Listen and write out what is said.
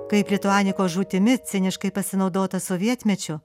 kaip lituanikos žūtimi ciniškai pasinaudota sovietmečiu